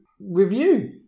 review